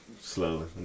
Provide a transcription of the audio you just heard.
slowly